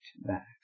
back